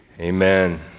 Amen